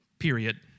period